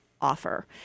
offer